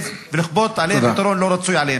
ולכפות עליהם פתרון לא רצוי להם.